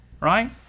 right